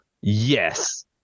Yes